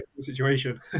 situation